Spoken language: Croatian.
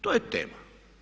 To je tema.